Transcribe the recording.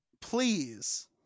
Please